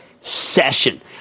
session